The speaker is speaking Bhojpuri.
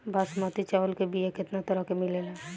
बासमती चावल के बीया केतना तरह के मिलेला?